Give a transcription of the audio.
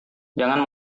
jangan